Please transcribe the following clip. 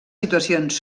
situacions